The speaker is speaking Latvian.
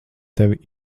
tevi